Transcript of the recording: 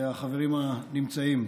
והחברים הנמצאים,